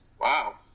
Wow